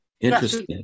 Interesting